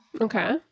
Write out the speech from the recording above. Okay